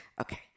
Okay